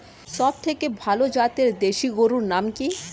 সবথেকে ভালো জাতের দেশি গরুর নাম কি?